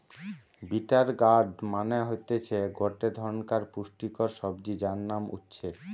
bitter gourd মানে হতিছে গটে ধরণকার পুষ্টিকর সবজি যার নাম উচ্ছে